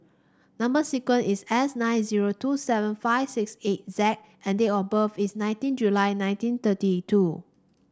number sequence is S nine zero two seven five six eight Z and date of birth is nineteen July nineteen thirty two